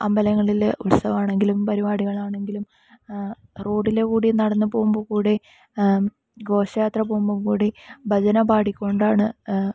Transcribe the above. അമ്പലങ്ങളിൽ ഉത്സവം ആണെങ്കിലും പരുപാടികളാണെങ്കിലും റോഡിലെ കൂടെ നടന്ന് പോകുമ്പോൾ കൂടി ഘോഷയാത്ര പോകുമ്പോൾ കൂടി ഭജന പാടിക്കൊണ്ടാണ്